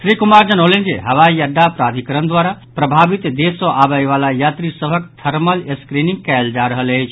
श्री कुमार जनौलनि जे हवाई अड्डा प्राधिकरण द्वारा प्रभावित देश सँ आबय वला यात्री सभक थर्मल स्क्रीनिंग कयल जा रहल अछि